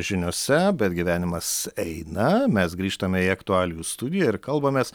žiniose bet gyvenimas eina mes grįžtame į aktualijų studiją ir kalbamės